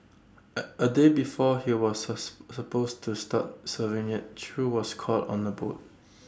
at A day before he was sus supposed to start serving IT chew was caught on A boat